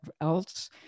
else